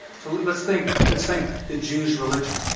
so let's think let's think the jews religion.